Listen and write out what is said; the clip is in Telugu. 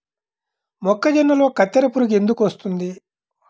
మొక్కజొన్నలో కత్తెర పురుగు ఎందుకు వస్తుంది?